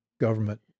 government